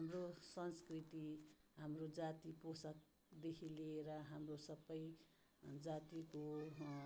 हाम्रो संस्कृति हाम्रो जाति पोसाकदेखि लिएर हाम्रो सबै जातिको